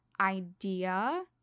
idea